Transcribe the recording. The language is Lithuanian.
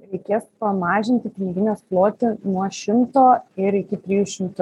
reikės pamažinti piniginės plotį nuo šimto ir iki trijų šimtų